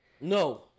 No